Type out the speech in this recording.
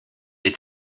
est